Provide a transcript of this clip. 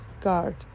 guard